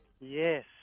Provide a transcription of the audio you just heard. Yes